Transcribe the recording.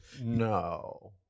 No